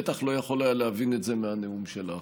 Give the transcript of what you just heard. בטח לא יכול היה להבין את זה מהנאום שלך.